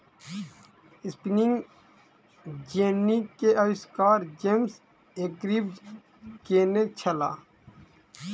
spinning jenny के आविष्कार James Hargreaves केने छला